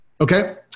Okay